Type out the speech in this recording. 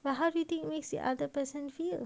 but how do you think it makes the other person feel